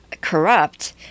corrupt